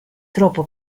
troppo